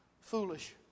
foolish